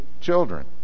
children